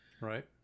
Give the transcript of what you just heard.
Right